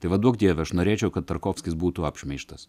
tai va duok dieve aš norėčiau kad tarkovskis būtų apšmeižtas